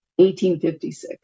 1856